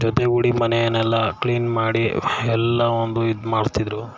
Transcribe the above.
ಜೊತೆಗೂಡಿ ಮನೇನೆಲ್ಲಾ ಕ್ಲೀನ್ ಮಾಡಿ ಎಲ್ಲ ಒಂದು ಇದು ಮಾಡ್ತಿದ್ದರು